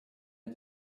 ait